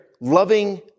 loving